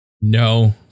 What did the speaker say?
No